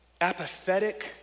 apathetic